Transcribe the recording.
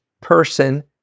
person